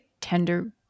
tender